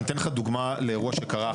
אני אתן לך דוגמה לאירוע שקרה עכשיו.